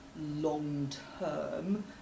long-term